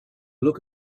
look